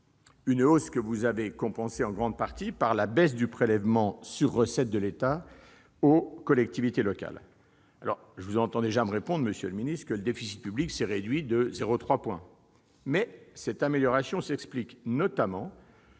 le Gouvernement a compensée en grande partie par la réduction du prélèvement sur recettes de l'État en faveur des collectivités locales. Je vous entends déjà me répondre, monsieur le ministre, que le déficit public s'est réduit de 0,3 point. Mais cette amélioration s'explique, notamment,